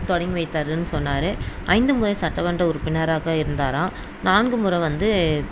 தொடங்கி வைத்தார்ன்னு சொன்னார் ஐந்துமுறை சட்டமன்ற உறுப்பினராக இருந்தாராம் நான்குமுறை வந்து